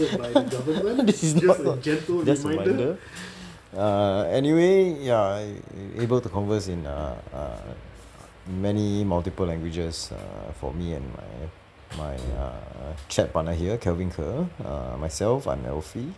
this is not not just a reminder err anyway ya I'm able to converse in err many multiple languages err for me and my my err chat partner here kevin ker~ err myself I'm alfie